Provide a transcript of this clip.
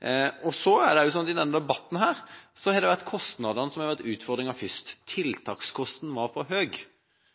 Det er også sånn at det i denne debatten først var kostnadene som var en utfordring. Tiltakskosten var for